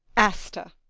asta!